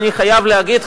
אני חייב להגיד,